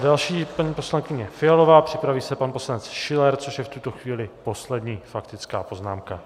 Další je paní poslankyně Fialová, připraví se pan poslanec Schiller, což je v tuto chvíli poslední faktická poznámka.